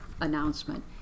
announcement